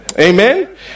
Amen